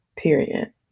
period